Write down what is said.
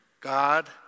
God